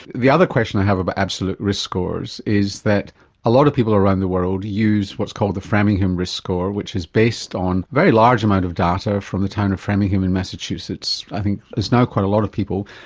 the other question i have about absolute risk scores is that a lot of people around the world use what's called the framingham risk score which is based on a very large amount of data from the town of framingham in massachusetts, i think it's now quite a lot of people,